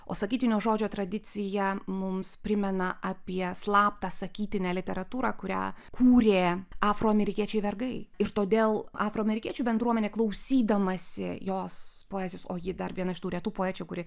o sakytinio žodžio tradicija mums primena apie slaptą sakytinę literatūrą kurią kūrė afroamerikiečiai vergai ir todėl afroamerikiečių bendruomenė klausydamasi jos poezijos o ji dar viena iš tų retų poečių kuri